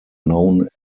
known